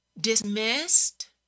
dismissed